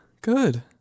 good